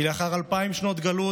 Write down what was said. כי לאחר אלפיים שנות גלות,